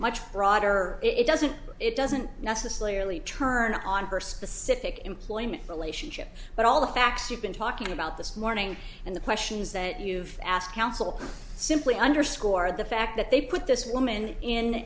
much broader it doesn't it doesn't necessarily turn on first pacific employment relationship but all the facts you've been talking about this morning and the questions that you've asked counsel simply underscore the fact that they put this woman in